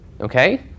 okay